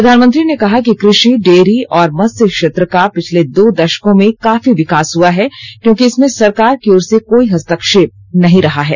प्रधानमंत्री ने कहा कि कृषि डेयरी और मत्स्य क्षेत्र का पिछले दो दशकों में काफी विकास हुआ है क्योंकि इसमें सरकार की ओर से कोई हस्तक्षेप नहीं रहा है